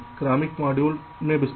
क्रमिक मॉड्यूल में विस्तार